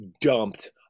dumped